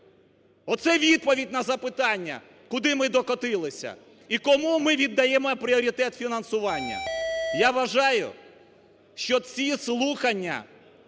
Оце відповідь на запитання, куди ми докотилися і кому ми віддаємо пріоритет фінансування. Я вважаю, що ці слухання